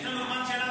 יש לנו זמן שלנו,